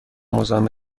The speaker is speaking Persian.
مزاحم